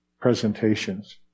presentations